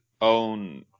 own